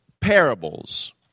parables